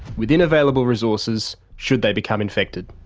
within available resources, should they become infected.